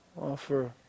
offer